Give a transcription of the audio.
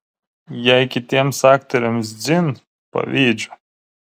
jei kitiems aktoriams dzin pavydžiu